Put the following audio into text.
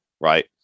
Right